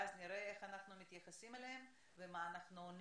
ואז נראה איך אנחנו מתייחסים אליהם ומה אנחנו עונים.